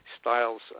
styles